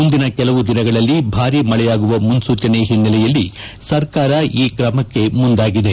ಮುಂದಿನ ಕೆಲವು ದಿನಗಳಲ್ಲಿ ಭಾರೀ ಮಳೆಯಾಗುವ ಮುನ್ಲೂಚನೆ ಹಿನ್ನೆಲೆಯಲ್ಲಿ ಸರ್ಕಾರ ಈ ಕ್ರಮಕ್ಕೆ ಮುಂದಾಗಿದೆ